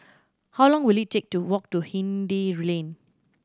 how long will it take to walk to Hindhede Lane